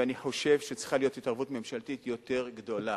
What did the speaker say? ואני חושב שצריכה להיות התערבות ממשלתית יותר גדולה.